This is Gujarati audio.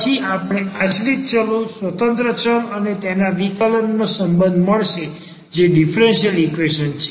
પછી આપણે આશ્રિત ચલો સ્વતંત્ર ચલ અને તેના વિકલન નો સંબંધ મળશે જે ડીફરન્સીયલ ઈક્વેશન છે